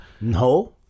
No